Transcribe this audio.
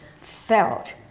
felt